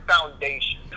foundation